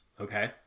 Okay